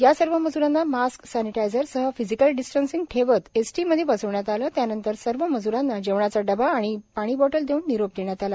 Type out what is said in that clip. या सर्व मज्रांना मास्कसॅनिटायझर सह फिजिकल डिस्टनसिंग ठेवत एसटी मध्ये बसविण्यात आलं त्यांनतर या सर्व मज्रांना जेवणाचा डबा तसेच पाणी बॉटल देऊन निरोप देण्यात आला